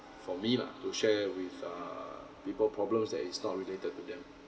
for me lah to share with err people problems that is not related to them